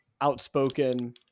outspoken